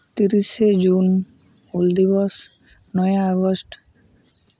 ᱛᱤᱨᱤᱥᱮ ᱡᱩᱱ ᱦᱩᱞ ᱫᱤᱵᱚᱥ ᱱᱚᱭᱮ ᱟᱜᱚᱥᱴ